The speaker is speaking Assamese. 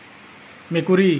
মেকুৰী